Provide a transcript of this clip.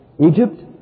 Egypt